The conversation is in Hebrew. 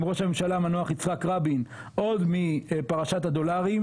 ראש הממשלה המנוח יצחק רבין עוד מפרשת הדולרים,